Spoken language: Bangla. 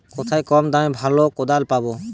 কোথায় কম দামে ভালো কোদাল পাব?